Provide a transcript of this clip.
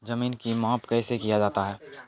जमीन की माप कैसे किया जाता हैं?